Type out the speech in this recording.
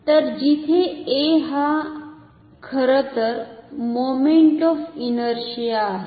तर जिथे a हा खरंतर मोमेंट ऑफ इनरशिआ आहे